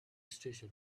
station